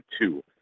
two